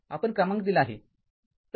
आपण क्रमांक दिला आहे